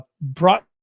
brought